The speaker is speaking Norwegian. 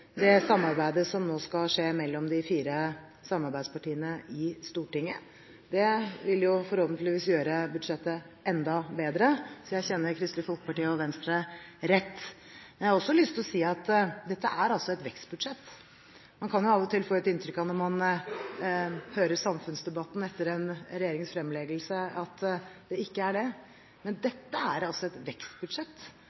det samarbeidet som nå skal skje mellom de fire samarbeidspartiene i Stortinget. Det vil forhåpentligvis gjøre budsjettet enda bedre, hvis jeg kjenner Kristelig Folkeparti og Venstre rett. Jeg har også lyst til å si at dette er et vekstbudsjett. Man kan av og til, når man hører samfunnsdebatten etter en regjerings budsjettfremleggelse, få inntrykk av at det ikke er det, men